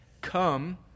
Come